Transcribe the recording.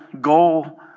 goal